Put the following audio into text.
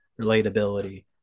relatability